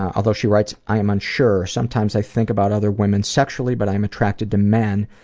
although she writes i am unsure, sometimes i think about other women sexually but i am attracted to men,